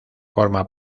forma